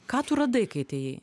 ką tu radai kai atėjai